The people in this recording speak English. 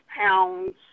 pounds